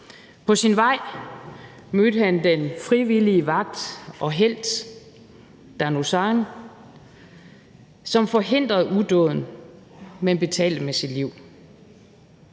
På sin vej mødte han den frivillige vagt og helt Dan Uzan, som forhindrede udåden, men betalte med sit liv.